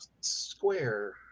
square